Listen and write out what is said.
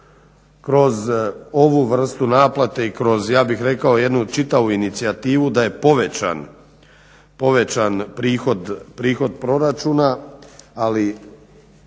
kroz ovu vrstu naplate i kroz, ja bih rekao jednu čitavu inicijativu, da je povećan prihod proračuna, ali